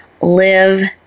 live